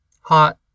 hot